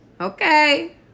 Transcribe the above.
Okay